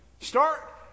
start